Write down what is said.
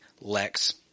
Lex